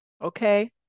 Okay